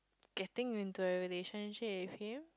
getting into a relationship with him